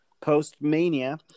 post-mania